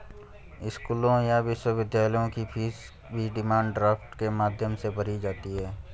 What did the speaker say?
स्कूलों या विश्वविद्यालयों की फीस भी डिमांड ड्राफ्ट के माध्यम से भरी जाती है